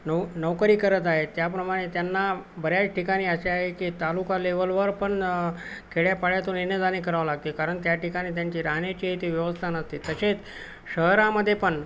no नौकरी करत आहे त्याप्रमाणे त्यांना बऱ्याच ठिकाणी असे आहे की तालुका लेवलवर पण खेड्यापाड्यातून येणेजाणे करावं लागते कारण त्या ठिकाणी त्यांची राहण्याची ती व्यवस्था नसते तसेच शहरामध्ये पण